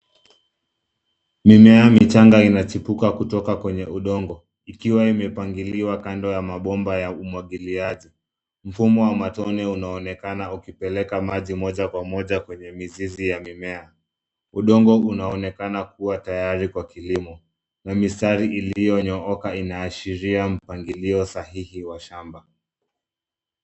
Mimea michanga imechipuka kutoka kwenye udongo ikiwa imepangiliwa kando ya mabomba ya umwagiliaji. Mfumo wa matone unaonekana ukipeleka maji moja kwa moja kwenye mizizi ya mimea. Udongo unaonekana kuwa tayari kwa kilimo, na mistari iliyonyooka inaashiria mpangilio sahihi wa shamba.